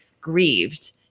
grieved